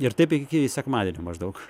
ir taip iki sekmadienio maždaug